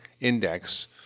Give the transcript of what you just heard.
index